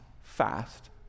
fast